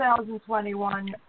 2021